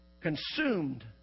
Consumed